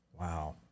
Wow